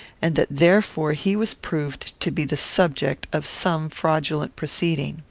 and that therefore he was proved to be the subject of some fraudulent proceeding.